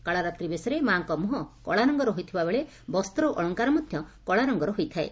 କାଳରାତ୍ରି ବେଶରେ ମାଙ୍କ ମୁହଁ କଳାରଙ୍ଫର ହୋଇଥିବାବେଳେ ତାଙ୍କ ବସ୍ତ ଓ ଅଳଙ୍କାର ମଧ କଳା ରଙ୍ଗର ହୋଇଥାଏ